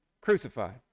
crucified